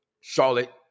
Charlotte